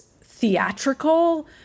theatrical